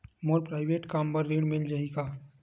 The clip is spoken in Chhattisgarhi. मोर प्राइवेट कम बर ऋण मिल जाही का?